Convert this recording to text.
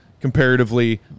comparatively